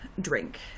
drink